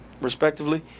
respectively